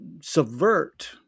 subvert